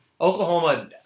Oklahoma